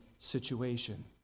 Situation